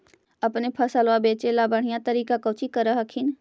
अपने फसलबा बचे ला बढ़िया तरीका कौची कर हखिन?